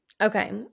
Okay